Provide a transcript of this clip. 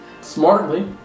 Smartly